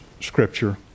scripture